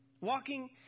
Walking